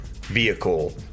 vehicle